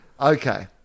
Okay